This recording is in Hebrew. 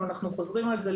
אבל אנחנו חוזרים על זה.